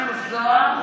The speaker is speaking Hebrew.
מספיק.